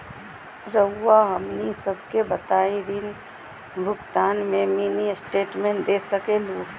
रहुआ हमनी सबके बताइं ऋण भुगतान में मिनी स्टेटमेंट दे सकेलू?